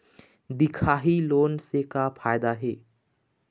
दिखाही लोन से का फायदा हे?